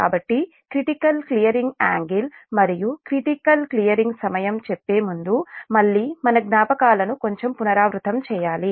కాబట్టి critical clearing angle మరియు critical clearing సమయం చెప్పే ముందు మళ్ళీ మన జ్ఞాపకాలను కొంచెం పునరావృతం చేయాలి